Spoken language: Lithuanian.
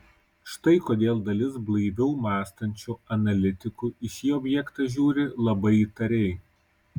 štai kodėl dalis blaiviau mąstančių analitikų į šį objektą žiūri labai įtariai